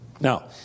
Now